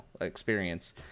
experience